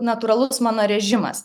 natūralus mano režimas